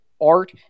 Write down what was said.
art